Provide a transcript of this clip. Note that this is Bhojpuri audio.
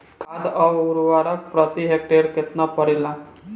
खाद व उर्वरक प्रति हेक्टेयर केतना परेला?